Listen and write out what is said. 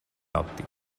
òptic